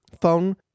phone